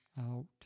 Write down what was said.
out